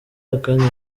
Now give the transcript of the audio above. akandi